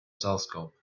telescope